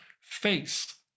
face